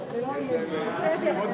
והגירושין (רישום) (מס' 3)